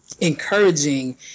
encouraging